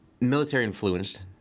military-influenced